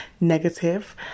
negative